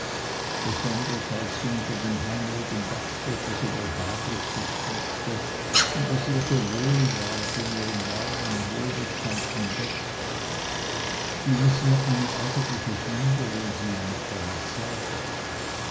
besonders als sie unter dem heimeligen dackbett so behaglich sich streckte und es ihr so wohl ward in ihrem warmen wohlbekannten bette schien es ihr eine eigentliche sünde wenn sie ihm nicht alles sage